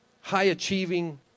high-achieving